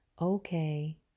Okay